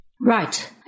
Right